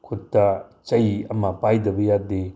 ꯈꯨꯠꯇ ꯆꯩ ꯑꯃ ꯄꯥꯏꯗꯕ ꯌꯥꯗꯦ